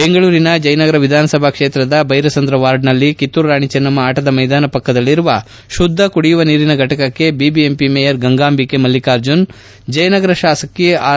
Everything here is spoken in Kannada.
ಬೆಂಗಳೂರಿನ ಜಯನಗರ ವಿಧಾನಸಭಾ ಕ್ಷೇತ್ರದ ಭೈರಸಂದ್ರ ವಾರ್ಡಿನಲ್ಲಿ ಕಿತ್ತೂರು ರಾಣಿ ಚೆನ್ನಮ್ನ ಆಟದ ಮೈದಾನ ಪಕ್ಕದಲ್ಲಿರುವ ಶುದ್ದ ಕುಡಿಯುವ ನೀರಿನಘಟಕಕ್ಕೆ ಮಹಾಪೌರರಾದ ಗಂಗಾಂಬಿಕೆ ಮಲ್ಲಿಕಾರ್ಜುನ್ ಜಯನಗರ ಶಾಸಕಿ ಆರ್